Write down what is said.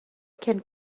cyn